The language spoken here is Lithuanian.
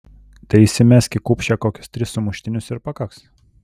tai įsimesk į kupšę kokius tris sumuštinius ir pakaks